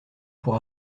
pour